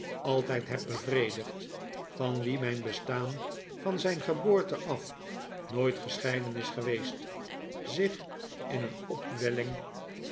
altijd heb bevredigd van wien mijn bestaan van zijn geboo'rte af nooit gescheiden is geweest zich in een opwelling